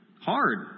hard